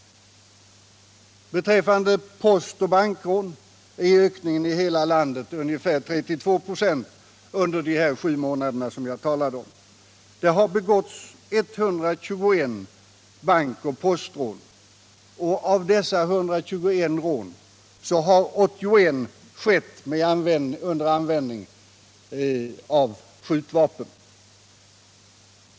Beträffande bankoch postrån är ökningen i hela landet ungefär 32 96 under de här sju månaderna som jag talade om. Det har begåtts 121 bankoch postrån. Av dessa 121 rån har 81 skett med användning av skjutvapen.